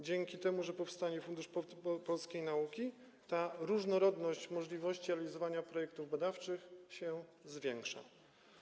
Dzięki temu, że powstanie Fundusz Polskiej Nauki ta różnorodność możliwości realizowania projektów badawczych się zwiększa.